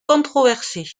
controversée